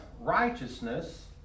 righteousness